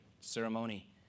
ceremony